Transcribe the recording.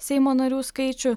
seimo narių skaičių